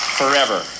forever